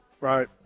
Right